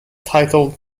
titled